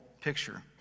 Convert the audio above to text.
picture